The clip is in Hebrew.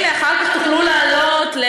לא,